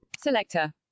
selector